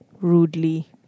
rudely